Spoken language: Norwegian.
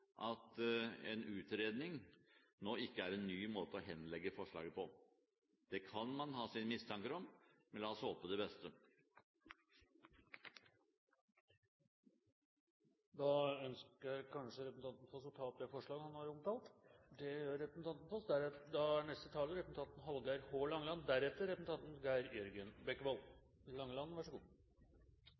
at en utredning ikke er en ny måte å henlegge forslaget på. Det kan man ha sine mistanker om, men la oss håpe det beste. Jeg tar med dette opp forslaget fra Høyre, Kristelig Folkeparti og Venstre. Representanten Per-Kristian Foss har tatt opp det forslaget han refererte til. Det er litt merkeleg kor forskjellig ein oppfattar denne saka. Etter å ha høyrt på representanten